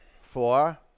Four